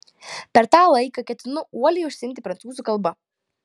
per tą laiką ketinu uoliai užsiimti prancūzų kalba